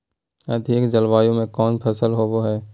अधिक जलवायु में कौन फसल होबो है?